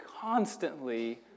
constantly